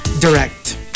direct